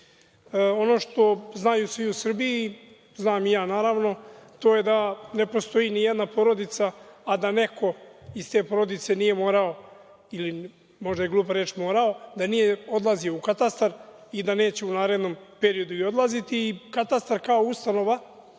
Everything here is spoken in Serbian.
što znaju svi u Srbiji, znam i ja, naravno, to je da ne postoji nijedna porodica a da neko iz te porodice nije morao, možda je glupa reč morao, ili da nije odlazio u katastar i da neće u narednom periodu odlaziti. Katastar kao ustanova